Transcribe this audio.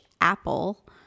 apple